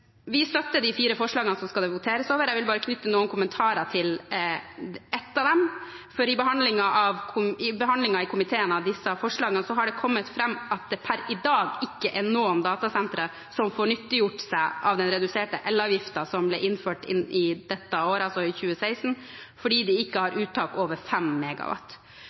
Vi støtter de fire forslagene som det skal voteres over. Jeg vil bare knytte noen kommentarer til ett av dem. Under behandlingen av disse forslagene i komiteen kom det fram at det per i dag ikke er noe datasenter som får nyttiggjort seg den reduserte elavgiften som ble innført i år, altså i 2016, fordi de ikke har uttak over